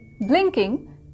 Blinking